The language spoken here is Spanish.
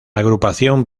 agrupación